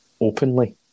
openly